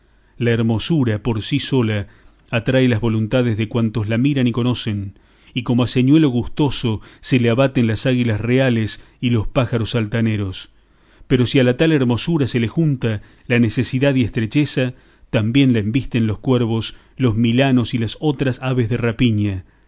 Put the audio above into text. la hermosura por sí sola atrae las voluntades de cuantos la miran y conocen y como a señuelo gustoso se le abaten las águilas reales y los pájaros altaneros pero si a la tal hermosura se le junta la necesidad y la estrecheza también la embisten los cuervos los milanos y las otras aves de rapiña